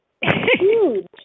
huge